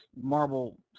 marble